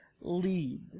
lead